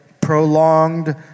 prolonged